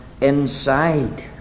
inside